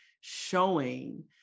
showing